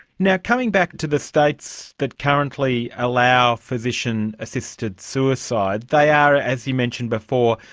yeah coming back to the states that currently allow physician assisted suicide, they are, as you mentioned before,